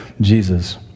Jesus